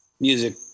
music